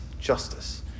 justice